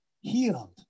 healed